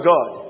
God